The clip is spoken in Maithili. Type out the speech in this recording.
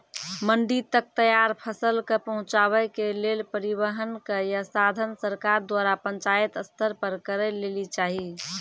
मंडी तक तैयार फसलक पहुँचावे के लेल परिवहनक या साधन सरकार द्वारा पंचायत स्तर पर करै लेली चाही?